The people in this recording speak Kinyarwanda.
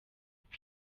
kuko